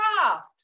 craft